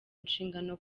nshingano